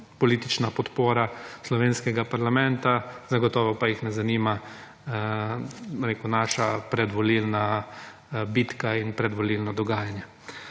politična podpora slovenskega parlamenta, zagotovo pa jih ne zanima, bom rekel, naša predvolilna bitka in predvolilno dogajanje.